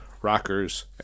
Rockers